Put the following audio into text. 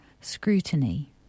scrutiny